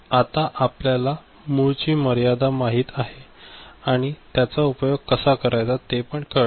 तर आता आपल्याला मूळची मर्यादा माहित आहे आणि त्याचा उपयोग कसा करायचा ते पण कळले